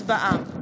הצבעה.